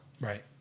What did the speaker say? Right